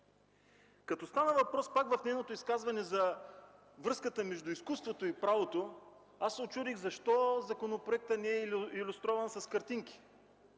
Като стана въпрос, пак в нейното изказване, за връзката между изкуството и правото, аз се учудих защо законопроектът не е илюстриран с картинки.